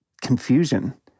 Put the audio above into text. confusion